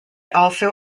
also